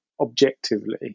objectively